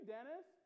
Dennis